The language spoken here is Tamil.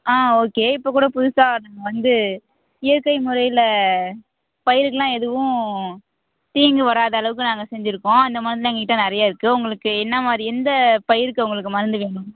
ஆ ஓகே இப்போ கூட புதுசாக ஒருத்தவங்க வந்து இயற்கை முறையில் பயிருக்கு எல்லாம் எதுவும் தீங்கு வராத அளவுக்கு நாங்கள் செஞ்சுருக்கோம் இந்த மருந்து எங்கள்கிட்ட நிறைய இருக்கு உங்களுக்கு என்ன மாதிரி எந்த பயிருக்கு உங்களுக்கு மருந்து வேணும்